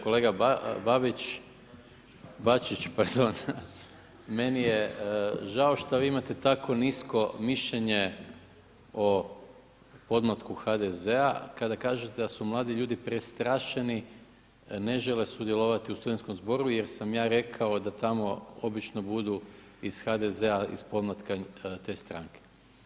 Kolega Babić, Bačić, pardon, meni je žao šta vi imate tako nisko mišljenje o podmlatku HDZ-a kada kažete da su mladi ljudi prestrašeni, ne žele sudjelovati u studentskom zboru jer sam ja rekao da tamo obično budu iz HDZ-a, iz pomlatka te stranke.